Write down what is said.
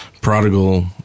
Prodigal